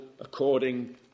according